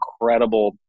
incredible